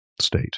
State